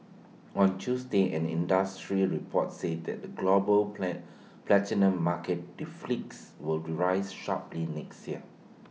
on Tuesday and an industry report said that the global plan platinum market deficits will rise sharply next year